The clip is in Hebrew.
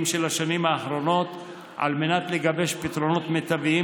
של השנים האחרונות על מנת לגבש פתרונות מיטביים,